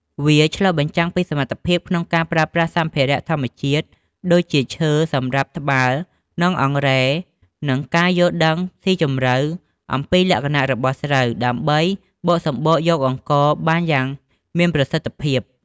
វាឆ្លុះបញ្ចាំងពីសមត្ថភាពក្នុងការប្រើប្រាស់សម្ភារៈធម្មជាតិ ដូចជាឈើសម្រាប់ត្បាល់ និងអង្រែ និងការយល់ដឹងស៊ីជម្រៅអំពីលក្ខណៈរបស់ស្រូវ ដើម្បីបកសម្បកយកអង្ករបានយ៉ាងមានប្រសិទ្ធភាព។